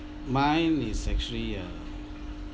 mine is actually uh